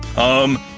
um,